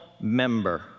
member